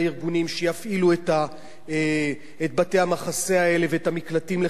שיפעילו את בתי-המחסה האלה ואת המקלטים לחיות,